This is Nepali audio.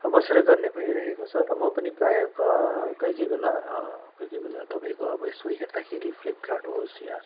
बसेर गर्ने भइरहेको छ र म पनि प्रायः त कोही कोही बेला कोही कोही बेला तपाईँको अब यसो हेर्दाखेरि फ्लिपकार्ट होस् या